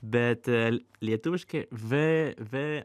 bet lietuviškai v v